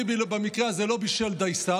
ביבי במקרה הזה לא בישל דייסה,